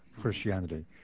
Christianity